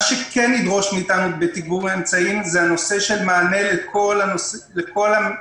מה שכן ידרוש מאיתנו תגבור אמצעים הוא מענה לכל המבוגרים,